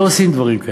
לא עושים דברים כאלה.